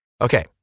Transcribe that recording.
Okay